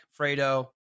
fredo